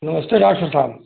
नमस्ते डॉक्टर साहब